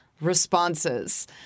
responses